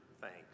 thanks